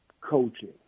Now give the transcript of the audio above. coaching